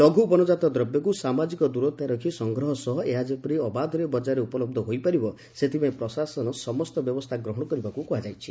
ଲଘୁ ବନକାତ ଦ୍ରବ୍ୟକୁ ସାମାଜିକ ଦୂରତା ରଖ୍ ସଂଗ୍ରହ ସହ ଏହା ଯେପରି ଅବାଧରେ ବଜାରରେ ଉପଲବ୍ଧ ହୋଇପାରିବ ସେଥିପାଇଁ ପ୍ରଶାସନ ସମସ୍ତ ବ୍ୟବସ୍ଷା ଗ୍ରହଶ କରିବାକୁ କୁହାଯାଇଛି